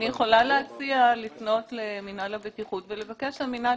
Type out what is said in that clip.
אני יכולה להציע לפנות למינהל הבטיחות ולבקש שהמינהל